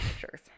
pictures